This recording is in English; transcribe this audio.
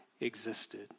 existed